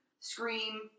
Scream